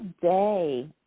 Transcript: day